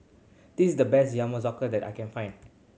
this is the best Yakizakana that I can find